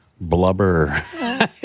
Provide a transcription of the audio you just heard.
blubber